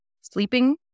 sleeping